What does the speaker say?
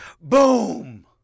Boom